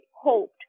hoped